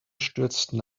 stürzten